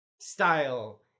style